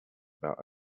about